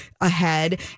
ahead